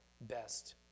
best